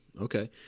Okay